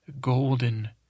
golden